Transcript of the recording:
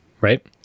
right